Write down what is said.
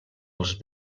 els